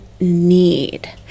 need